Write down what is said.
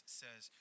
says